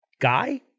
guy